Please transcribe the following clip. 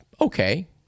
okay—